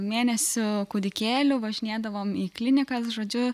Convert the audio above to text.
mėnesių kūdikėliu važinėdavom į klinikas žodžiu